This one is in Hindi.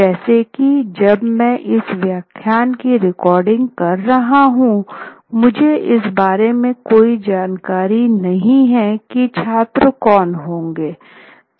जैसे की जब मैं इस व्याख्यान की रिकॉर्डिंग कर रहा हूँ मुझे इस बारे में कोई जानकारी नहीं है कि छात्र कौन होंगे